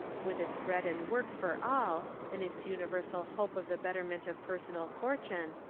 with its bread and work for all and its universal hope of the betterment of per sonal fortune,